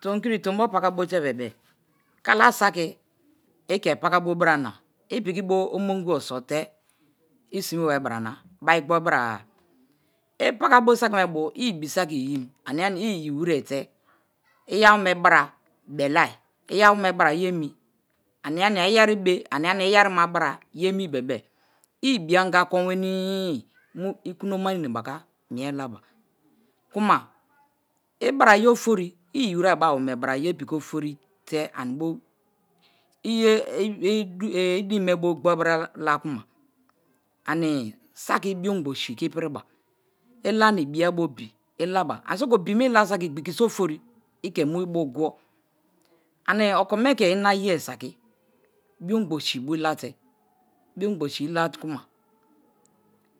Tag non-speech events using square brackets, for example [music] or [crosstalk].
Tomikiri to̱mbo̱ paka bote̱ bebe-e kalasaki ike paka bo bra-a na ipiki bo omin gibo so̱ te̱ i sime bara na, bari gboru bra-a. I̱ paka bo̱ saki me̱ bo̱ i̱ ibi saki iyim ania-nia iyiwerete iyawome bara be̱le̱i, iyawome̱ bara ye̱ omi̱ ania-ania iye̱ribe̱ be̱be̱-e̱ i̱ ibi̱ anga ko̱nweni-i mu̱ ikunoma-onebaka mi̱e̱ labakuma ibara ye̱ ofori i iyiwe̱re̱ bo̱ awome bara ye̱ bo̱ gboribraa [unintelligible] la kuma ani saki biogbo̱ si̱ ke̱ ipiriba, ilanibia bo̱ obi̱ ilaba anisaki obi̱ me̱ bo̱ ilasaki igbiki so̱ ofori i ke̱ mu̱ ibu gwa. Ani okome ke̱ inaye saki biongbo si̱ bo̱ ilate, biongbo si ila-kuma